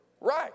Right